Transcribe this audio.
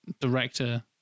director